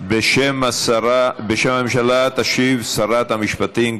בשם הממשלה, תשיב שרת המשפטים.